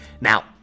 Now